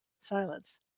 Silence